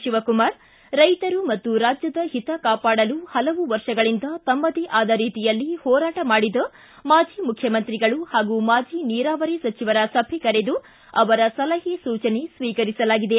ಶಿವಕುಮಾರ್ ರೈತರು ಮತ್ತು ರಾಜ್ಯದ ಹಿತ ಕಾಪಾಡಲು ಪಲವು ವರ್ಷಗಳಿಂದ ತಮ್ದದೇ ಆದ ರೀತಿಯಲ್ಲಿ ಹೋರಾಟ ಮಾಡಿದ ಮಾಜಿ ಮುಖ್ಯಮಂತ್ರಿಗಳು ಹಾಗೂ ಮಾಜಿ ನೀರಾವರಿ ಸಚಿವರ ಸಭೆ ಕರೆದು ಅವರ ಸಲಹೆ ಸೂಚನೆ ಸ್ವೀಕರಿಸಲಾಗಿದೆ